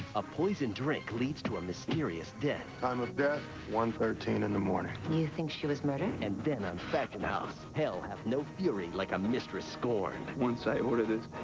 a poisoned drink leads to a mysterious death. time of death one thirteen in the morning. you think she was murdered? and then on fashion house. hell hath no fury like a mistress scorned. once i order this